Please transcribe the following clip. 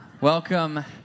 welcome